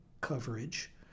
coverage